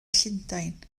llundain